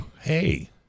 hey